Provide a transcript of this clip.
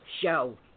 show